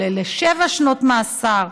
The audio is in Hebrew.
הוא עולה לשבע שנות מאסר.